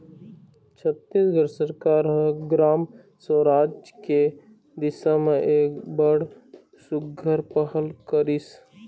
छत्तीसगढ़ सरकार ह ग्राम सुराज के दिसा म एक बड़ सुग्घर पहल करिस